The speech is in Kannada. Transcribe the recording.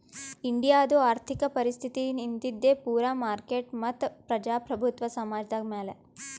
ಇಂಡಿಯಾದು ಆರ್ಥಿಕ ಪರಿಸ್ಥಿತಿ ನಿಂತಿದ್ದೆ ಪೂರಾ ಮಾರ್ಕೆಟ್ ಮತ್ತ ಪ್ರಜಾಪ್ರಭುತ್ವ ಸಮಾಜದ್ ಮ್ಯಾಲ